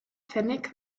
pfennig